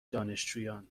دانشجویان